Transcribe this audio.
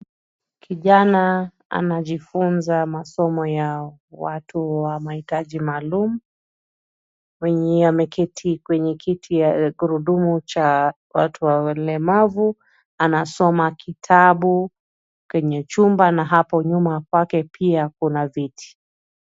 Kijana anajifunza masomo ya watu wa mahitaji maalum, mwenye ameketi kwenye kiti ya gurudumu cha watu walemavu, anasoma kitabu penye chumba na hapo nyuma pake pia kuna viti.